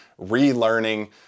relearning